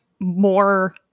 more